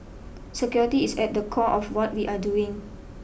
security is at the core of what we are doing